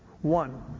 one